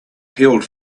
healed